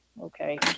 Okay